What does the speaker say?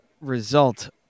result